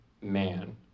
man